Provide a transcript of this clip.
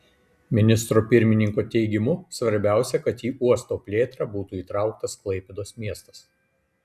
ministro pirmininko teigimu svarbiausia kad į uosto plėtrą būtų įtrauktas klaipėdos miestas